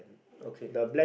okay